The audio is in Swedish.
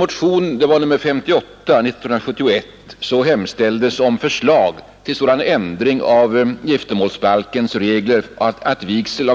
het att förrätta kyrklig vigsel